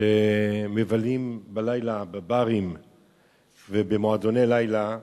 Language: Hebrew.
שמבלים בלילה בברים ובמועדוני לילה,